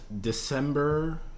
December